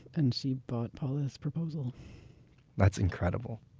and she bought paula's proposal that's incredible.